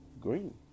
green